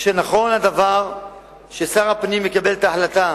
שנכון הדבר ששר הפנים יקבל את ההחלטה